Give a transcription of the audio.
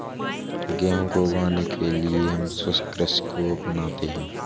गेहूं को उगाने के लिए हम शुष्क कृषि को अपनाते हैं